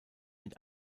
mit